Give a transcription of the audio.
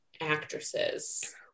actresses